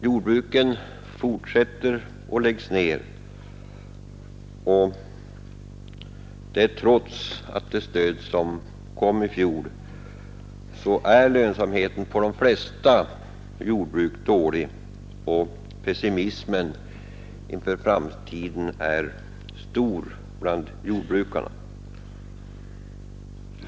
Jordbruk fortsätter att läggas ned. Trots det stöd som beslutades i fjol är lönsamheten på de flesta jordbruk dålig och pessimismen inför framtiden är stor bland jordbrukarna.